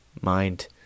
mind